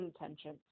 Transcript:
intentions